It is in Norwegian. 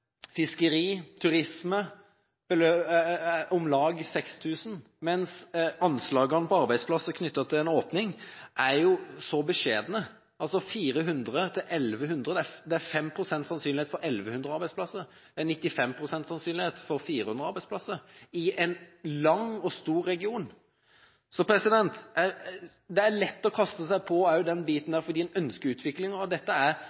fiskeri og turisme – det er om lag 6 000 – mens anslaget for arbeidsplasser i forbindelse med en åpning er beskjedent. Det er 5 pst. sannsynlighet for 1 100 arbeidsplasser, og 95 pst. sannsynlighet for 400 arbeidsplasser i en lang og stor region. Det er lett å kaste seg på denne biten